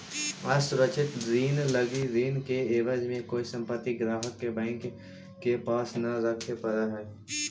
असुरक्षित ऋण लगी ऋण के एवज में कोई संपत्ति ग्राहक के बैंक के पास न रखे पड़ऽ हइ